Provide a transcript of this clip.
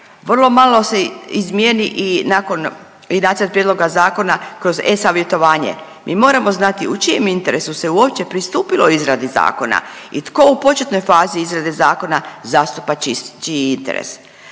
vrlo malo se izmijeni i nakon i Nacrt prijedlog zakona kroz e-savjetovanje. Mi moramo znati u čijem interesu se uopće pristupilo izradi zakona i tko u početnoj fazi izrade zakona zastupa čiji interes.